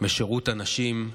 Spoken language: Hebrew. בשירות הנשים.